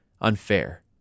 unfair